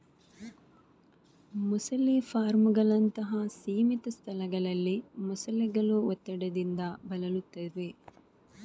ಮೊಸಳೆ ಫಾರ್ಮುಗಳಂತಹ ಸೀಮಿತ ಸ್ಥಳಗಳಲ್ಲಿ ಮೊಸಳೆಗಳು ಒತ್ತಡದಿಂದ ಬಳಲುತ್ತವೆ